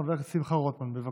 חבר הכנסת שמחה רוטמן, בבקשה.